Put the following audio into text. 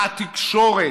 התקשורת,